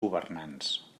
governants